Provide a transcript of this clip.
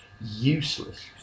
useless